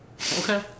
okay